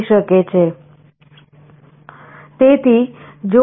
હોઈ શકે છે